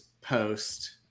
post